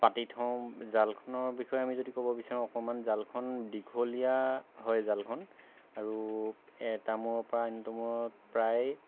পাতি থওঁ জালখনৰ বিষয়ে আমি যদি ক'ব বিচাৰো অকণমান জালখন দীঘলীয়া হয় জালখন আৰু এটা মূৰৰ পৰা আনটো মূৰ প্ৰায়